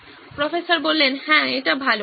professor হ্যাঁ এটা ভালো